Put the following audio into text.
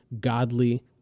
godly